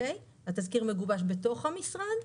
התזכיר מגובש בתוך המשרד,